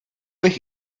bych